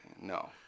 No